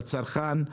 לצרכן,